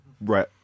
right